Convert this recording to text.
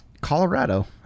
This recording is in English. Colorado